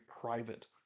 private